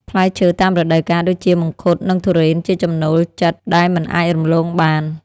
ផ្លែឈើតាមរដូវកាលដូចជា មង្ឃុត និងធុរេន ជាចំណូលចិត្តដែលមិនអាចរំលងបាន។